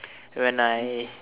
when I